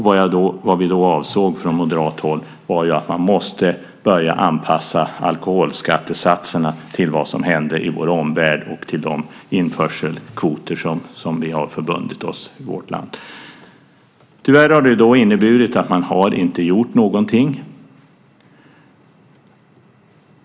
Vad vi då avsåg från moderat håll var att man måste börja anpassa alkoholskattesatserna till vad som hände i vår omvärld och till de införselkvoter som vi har förbundit oss till i vårt land. Tyvärr har det inneburit att man inte har gjort någonting.